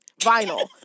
vinyl